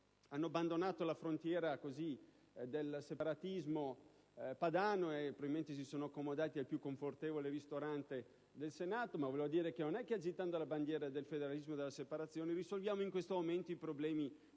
hanno abbandonato la frontiera del separatismo padano e probabilmente si sono accomodati al più confortevole ristorante del Senato, ma vorrei dir loro che agitando la bandiera del federalismo e della separazione non risolviamo in questo momento i problemi